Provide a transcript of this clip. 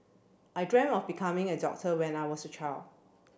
I dreamt of becoming a doctor when I was a child